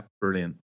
brilliant